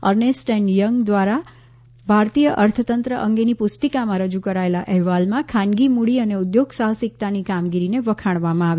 Ernst and Young દ્વારા ભારતીય અર્થતંત્ર અંગેની પુસ્તિકામાં રજૂ કરાયેલા અહેવાલમાં ખાનગી મૂડી અને ઉદ્યોગ સાહસિકતાની કામગીરીને વખાણવામાં આવી છે